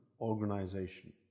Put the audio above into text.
organization